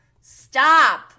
stop